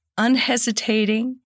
unhesitating